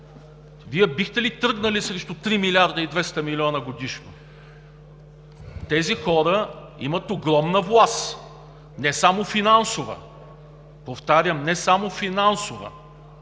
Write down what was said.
Вие бихте ли тръгнали срещу 3 млрд. 200 млн. лв. годишно?! Тези хора имат огромна власт – не само финансова! Повтарям: не само финансова!